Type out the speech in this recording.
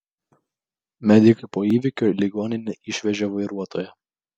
medikai po įvykio į ligoninę išvežė vairuotoją